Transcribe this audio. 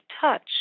touch